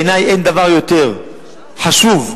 בעיני אין דבר יותר חשוב וכואב,